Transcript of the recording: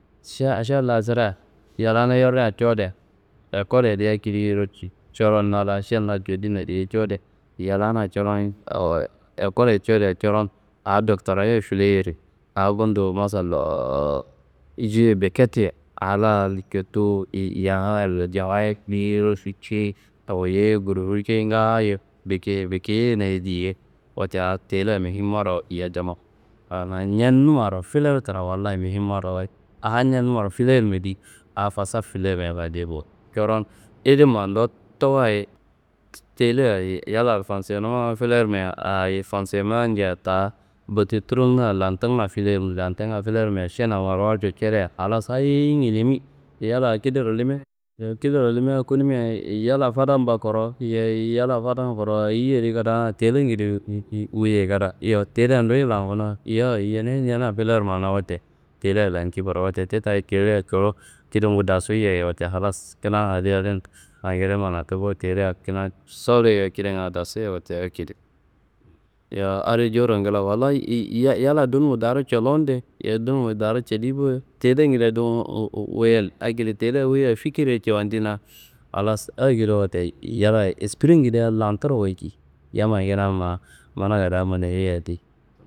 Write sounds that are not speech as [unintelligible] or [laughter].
Šen asiya la sirea yallana yerna cowodia ekolledi akediro co- coron na la šen la cowodina diye, cowodia yallana coron awo ekolleye cowodia coron a doktora ye fileyerei, a bundo masallo [hesitation] je bikete ye a la cotuwu [unintelligible] cawayi biyiro ficei, awoyei ye kurfulcei ye ngaayo bikeyei, bikeyeina diye. Wote a teleya muhim marawayid diyia [unintelligible] ana ñennummaro fileturuwa Wallayi muhim marawayid. A ñennummaro filermidi a fasad filermia fadeyi bo, coron ilimma ndotto wayi te- teleye yallaro fonsenema filermia ayi fonsenema ña ta bodituronga lantunga filermi. Lantunga filermia šenna warwarco celia, halas hayi nginimi yalla kida limia, limia konumia y- yalla fadamba korowo? Yeyi yalla fadan korowo. Ayi jedi kada? Aa telengede wu- wuyei kada. Teleya nduwi languno? Yowo yini ñenea filermona, wote teleya lanci kurowo, wote ti tayi teleya ciluwo [unintelligible] kidangu dasu yeyi. Wote, halas kina haliye adin angede manatu bo. Teleya kina soluye kidanga dasuye wote akedi. Yowo adi jowuro ngla, Wallayi y- ya- yalla dunumo daro colunude? Yeyi duno daro celi bo. Telengedea dun wu- wu- wuyen akido teleya wuyeia fikirriye cawandina. Halas akedo wote, yallayi espiringedea lanturo walci, yammayi kina ma mana kadaa manayei adi.